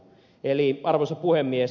arvoisa puhemies